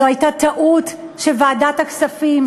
זו הייתה טעות של ועדת הכספים,